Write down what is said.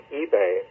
eBay